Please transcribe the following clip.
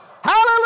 Hallelujah